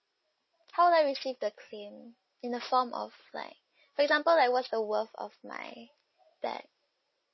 how do I receive the claim in the form of like for example like what's the worth of my bag